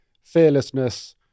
fearlessness